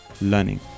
learning